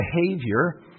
behavior